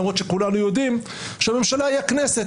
למרות שכולנו יודעים שהממשלה היא הכנסת.